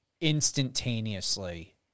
instantaneously